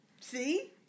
See